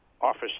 Office